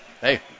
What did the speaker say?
hey